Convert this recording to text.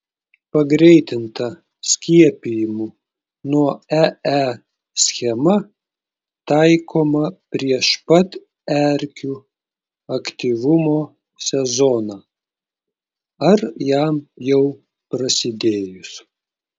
pagreitinta skiepijimų nuo ee schema taikoma prieš pat erkių aktyvumo sezoną ar jam jau prasidėjus